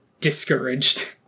discouraged